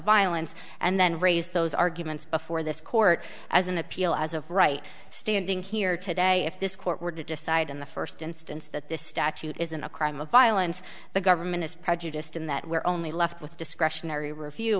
violence and then raise those arguments before this court as an appeal as of right standing here today if this court were to decide in the first instance that this statute isn't a crime of violence the government is prejudiced in that we're only left with discretionary